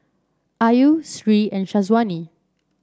Ayu Sri and Syazwani